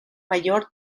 mayor